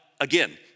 again